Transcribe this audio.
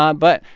um but,